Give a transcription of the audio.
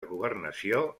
governació